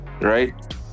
right